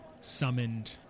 summoned